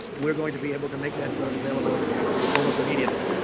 we going to be able to make that drug available almost immediately.